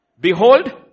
Behold